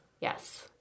Yes